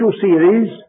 series